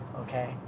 Okay